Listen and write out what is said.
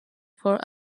for